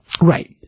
Right